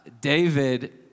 David